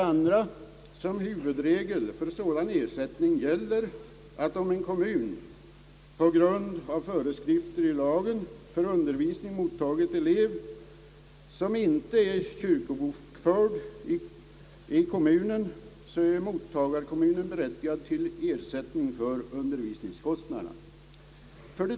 2) Som huvudregel för sådan ersättning gäller att om en kommun, på grund av föreskrifter i lagen, för undervisning mottagit elev som inte är kyrkobokförd i kommunen så har mottagarkommunen rätt till ersättning för undervisningskostnaderna.